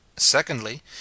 secondly